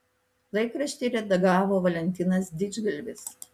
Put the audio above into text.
laikraštį redagavo valentinas didžgalvis